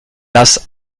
das